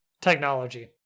Technology